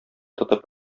тотып